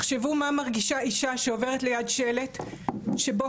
תחשבו מה מרגישה אישה שעוברת ליד שלט שבו